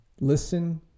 listen